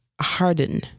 harden